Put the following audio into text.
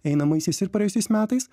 einamaisiais ir praėjusiais metais